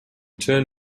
turn